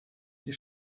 die